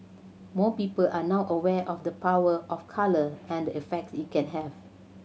more people are now aware of the power of colour and effects it can have